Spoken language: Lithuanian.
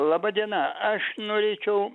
laba diena aš norėčiau